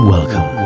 Welcome